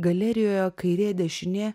galerijoje kairė dešinė